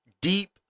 deep